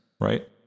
right